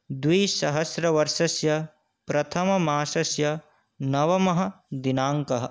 द्विसहस्रवर्षस्य प्रथममासस्य नवमः दिनाङ्कः